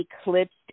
eclipsed